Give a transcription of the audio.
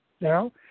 now